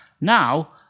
Now